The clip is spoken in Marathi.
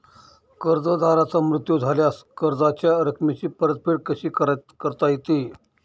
कर्जदाराचा मृत्यू झाल्यास कर्जाच्या रकमेची परतफेड कशी करता येते?